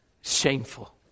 Shameful